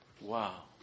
Wow